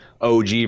OG